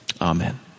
Amen